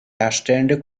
darstellende